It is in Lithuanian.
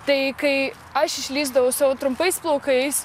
tai kai aš išlįsdavau su savo trumpais plaukais